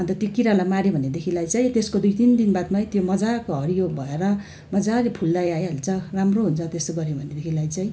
अन्त त्यो कीरालाई मार्यो भनेदेखिलाई चाहिँ त्यसको दुई तिन दिन बादमै त्यो मजाको हरियो भएर मजाले फुल्दै आइहाल्छ राम्रो हुन्छ त्यसो गरे भनेदेखिलाई चाहिँ